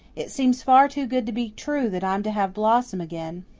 it seems far too good to be true that i'm to have blossom again.